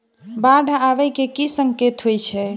बाढ़ आबै केँ की संकेत होइ छै?